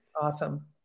Awesome